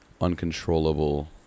uncontrollable